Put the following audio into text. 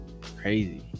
Crazy